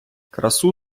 красу